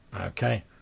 Okay